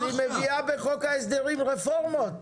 אבל היא מביאה בחוק ההסדרים רפורמות.